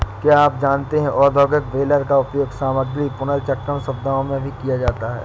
क्या आप जानते है औद्योगिक बेलर का उपयोग सामग्री पुनर्चक्रण सुविधाओं में भी किया जाता है?